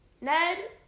Ned